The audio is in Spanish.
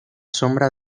sombra